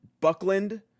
Buckland